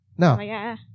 No